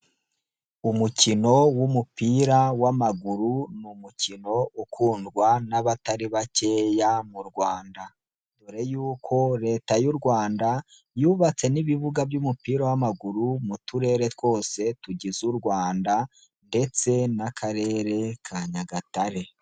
Umukino w'umupira w'amaguru n'umukino ukundwa n'abatari bakeya mu Rwanda, dore y'uko Leta y'u Rwanda yubatse n'ibibuga by'umupira w'amaguru mu turere twose tugize u Rwanda ndetse n'Akarere ka Nyagatare.